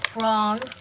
Wrong